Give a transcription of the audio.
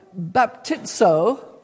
baptizo